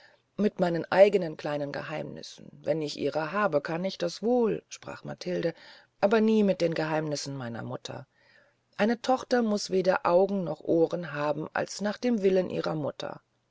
mit meinen eignen kleinen geheimnissen wenn ich ihrer habe kann ich das wohl sprach matilde aber nie mit den geheimnissen meiner mutter eine tochter muß weder augen noch ohren haben als nach dem willen ihrer mutter